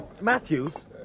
Matthews